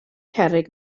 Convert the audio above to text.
cerrig